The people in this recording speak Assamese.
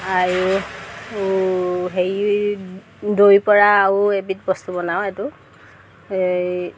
আৰু আৰু হেৰি দৈৰপৰা আৰু এবিধ বস্তু বনাওঁ এইটো এই